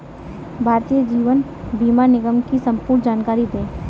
भारतीय जीवन बीमा निगम की संपूर्ण जानकारी दें?